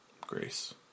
Grace